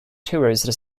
tourist